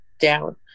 down